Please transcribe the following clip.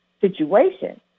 situation